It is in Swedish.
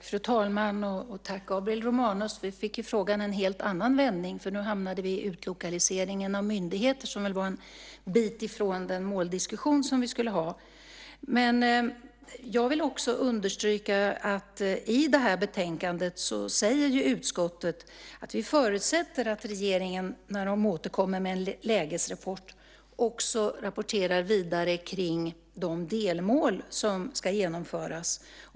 Fru talman! Tack, Gabriel Romanus. Nu fick frågan en helt annan vändning. Nu hamnade vi i utlokaliseringen av myndigheter. Det är en bit ifrån den måldiskussion vi skulle ha. Jag vill också understryka att i betänkandet säger utskottet att vi förutsätter att när regeringen återkommer med en lägesrapport ska den också rapportera vidare kring de delmål som ska genomföras.